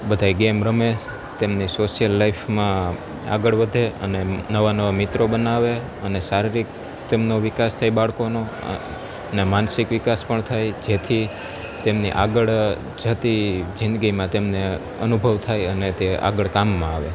બધાય ગેમ રમે તેમની સોસિયલ લાઈફમાં આગળ વધે અને નવા નવા મિત્રો બનાવે અને શારીરિક તેમનો વિકાસ થાય બાળકોનો માનસિક વિકાસ પણ થાય જેથી તેમની આગળ જતી જિદગીમાં તેમણે અનુભવ થાય અને તે આગળ કામમાં આવે